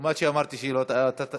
אפילו שאמרתי שהיא לא תעלה.